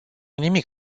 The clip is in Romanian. nimic